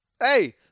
hey